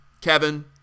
Kevin